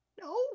No